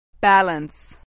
Balance